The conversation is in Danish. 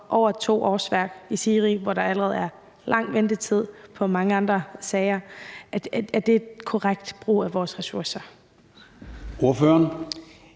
over to årsværk i SIRI, hvor der allerede er lang ventetid i mange andre sager? Er det en korrekt brug af vores ressourcer? Kl.